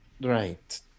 right